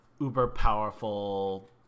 uber-powerful